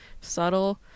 subtle